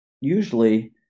usually